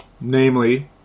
namely